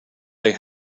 they